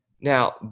Now